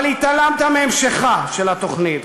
אבל התעלמת מהמשכה של התוכנית,